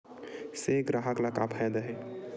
से ग्राहक ला का फ़ायदा हे?